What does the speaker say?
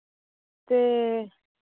ते